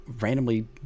Randomly